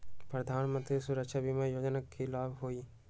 प्रधानमंत्री सुरक्षा बीमा योजना के की लाभ हई?